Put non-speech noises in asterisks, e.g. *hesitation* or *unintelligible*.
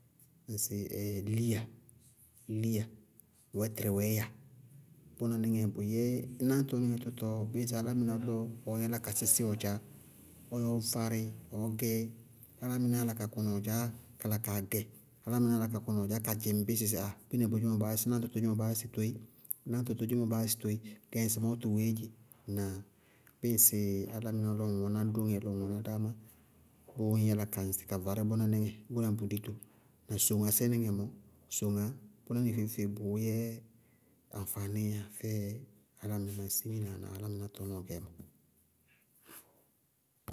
Ŋsɩɩ *hesitation* liya, liya, wɛtrɩwɛya, bʋnáníŋɛ bʋyɛ náñtɔníŋɛ tʋtɔɔ bíɩ ŋsɩ álámɩná lɔ ɔ yála ka sísí ɔ dzaá, ɔ yɛ ɔɔ várɩ, ɔɔ gɛ, álámɩnáá yála ka kɔnɩ ɔ dzaá, kala kaa gɛ, álámɩnáá yála ka kɔnɩ ɔ dzaá ka dzɩŋ bɩ sɩ ah kpínɛ boyémɔ baá yá sɩ náñtɔ toémɔɔ baá yá sɩ toé, náŋtɔ toémɔɔ baá yá sɩ toé, gɛ ŋsɩmɔɔ tʋ wɛɛ dzé, ŋnáa? Bíɩ ŋsɩ álámɩná lɔ ŋ wɛná dóŋɛ lɔ ŋ wɛná dáámá, bʋʋ ŋñ yála ka yɛ ŋsɩ ka varí bʋnáníŋɛ, *unintelligible* na soŋasɛ níŋɛ mɔɔ, soŋaá, bʋnáníŋɛ feé feé bʋʋ yɛ aŋfaanííyá fɛ álámɩná simina na álámɩná tɔnɔɔ gɛɛmɔ.